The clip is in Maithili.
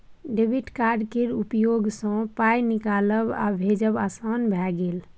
डेबिट कार्ड केर उपयोगसँ पाय निकालब आ भेजब आसान भए गेल